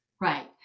Right